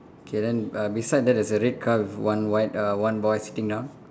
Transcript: okay then uh beside that there's a red car with one white uh one boy sitting down